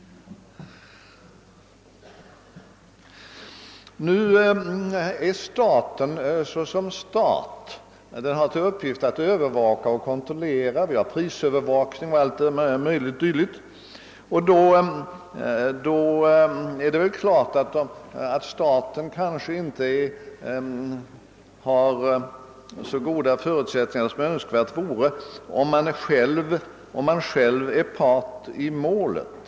Staten har som stat till uppgift att övervaka och kontrollera, att utöva prisövervakning o. s. v., och då är det väl klart att staten inte har så goda förutsättningar som önskvärt vore, om staten själv är part i målet.